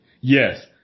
Yes